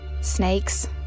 Snakes